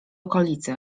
okolicy